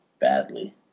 badly